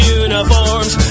uniforms